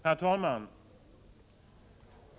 Herr talman!